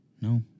No